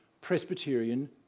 Presbyterian